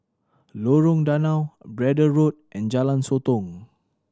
Lorong Danau Braddell Road and Jalan Sotong